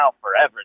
forever